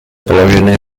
položeny